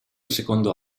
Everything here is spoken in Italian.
secondo